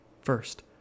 First